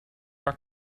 are